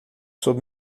sob